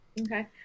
Okay